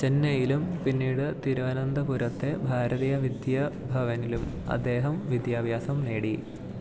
ചെന്നൈയിലും പിന്നീട് തിരുവനന്തപുരത്തെ ഭാരതീയ വിദ്യാഭവനിലും അദ്ദേഹം വിദ്യാഭ്യാസം നേടി